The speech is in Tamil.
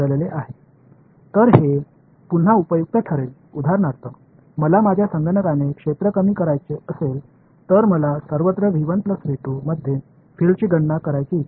எனவே மீண்டும் இது பயனுள்ளதாக இருக்கும் எடுத்துக்காட்டாக எனது கணக்கீட்டின் பரப்பைக் குறைக்க விரும்பினால் இன் எல்லா இடங்களிலும் உள்ள புலங்களை கணக்கிட விரும்பவில்லை